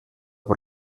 por